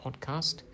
podcast